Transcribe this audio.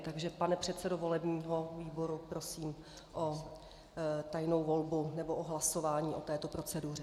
Takže pane předsedo volebního výboru, prosím o tajnou volbu nebo o hlasování o této proceduře.